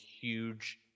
huge